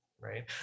right